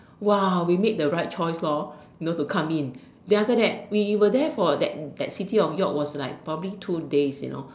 !wah! we made the right choice loh you know to come in then after that we were there for that that city of York was like provably two days you know